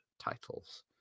titles